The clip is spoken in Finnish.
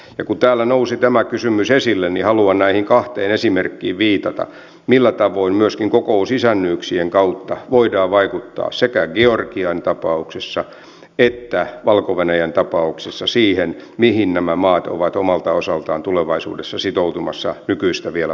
ja kun täällä nousi tämä kysymys esille niin haluan viitata näihin kahteen esimerkkiin millä tavoin myöskin kokousisännyyksien kautta voidaan vaikuttaa sekä georgian tapauksessa että valko venäjän tapauksessa siihen mihin nämä maat ovat omalta osaltaan tulevaisuudessa sitoutumassa vielä nykyistä voimakkaammin